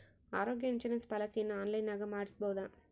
ಆರೋಗ್ಯ ಇನ್ಸುರೆನ್ಸ್ ಪಾಲಿಸಿಯನ್ನು ಆನ್ಲೈನಿನಾಗ ಮಾಡಿಸ್ಬೋದ?